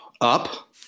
Up